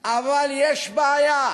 אבל יש בעיה,